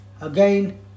Again